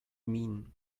mean